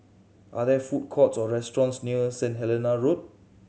are there food courts or restaurants near Saint Helena Road